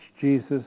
Jesus